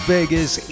Vegas